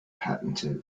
patented